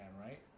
right